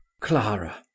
Clara